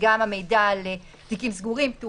וגם המידע על תיקים פתוחים,